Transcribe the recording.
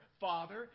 father